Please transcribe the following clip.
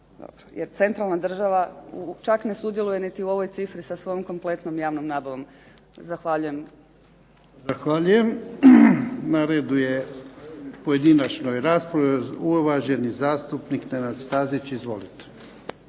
Jer centralna država čak ne sudjeluje niti u ovoj cifri sa svojom kompletnom javnom nabavom. Zahvaljujem. **Jarnjak, Ivan (HDZ)** Na redu je u pojedinačnoj raspravi uvaženi zastupnik Nenad Stazić. Izvolite.